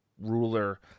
ruler